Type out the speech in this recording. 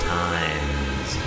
times